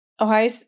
Ohio